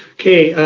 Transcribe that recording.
okay,